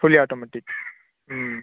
fully automatic ம்